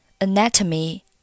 anatomy